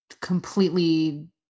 completely